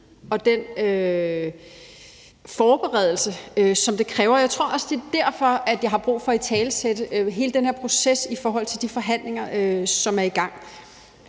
og den forberedelse, som det kræver, og jeg tror også, det er derfor, at jeg har brug for at italesætte hele den her proces i forhold til de forhandlinger, som er i gang.